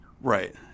Right